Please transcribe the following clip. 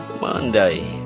Monday